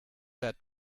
that